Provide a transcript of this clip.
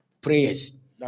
prayers